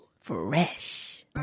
Fresh